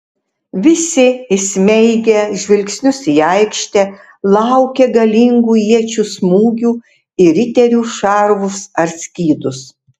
visi įsmeigę žvilgsnius į aikštę laukė galingų iečių smūgių į riterių šarvus ar skydus